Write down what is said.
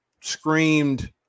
screamed